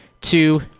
Two